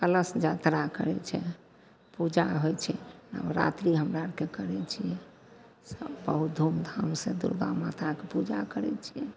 कलश जात्रा करै छै पूजा होइ छै नवरात्रि हमरा आओरके करै छिए सभ बहुत धूमधामसे दुरगा माताके पूजा करै छिए